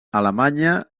alemanya